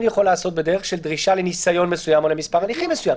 יכול להיעשות בדרך של דרישה לניסיון מסוים או למספר הליכים מסוים,